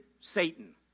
Satan